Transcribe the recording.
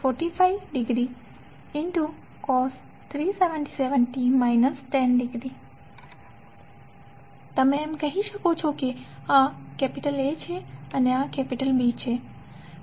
pvi1200cos 377t45° cos 377t 10° તમે એમ કહી શકો કે આ A છે અને આ B છે